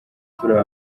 turi